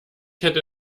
hätte